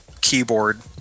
keyboard